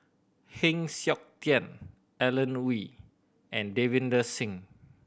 Heng Siok Tian Alan Oei and Davinder Singh